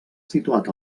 situat